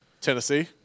Tennessee